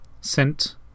sent